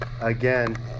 again